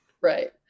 Right